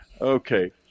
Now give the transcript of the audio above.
okay